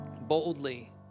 boldly